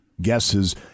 guesses